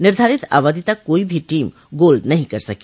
निर्धारित अवधि तक कोई भी टीम गोल नहीं कर सकी